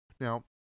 Now